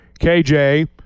KJ